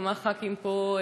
כמה ח"כים פה,